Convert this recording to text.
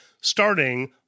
starting